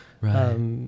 Right